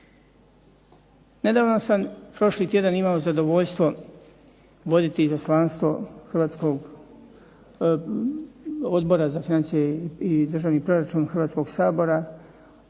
Nedavno sam prošli tjedan imao zadovoljstvo voditi Izaslanstvo Odbora za financije i državni proračun Hrvatskog sabora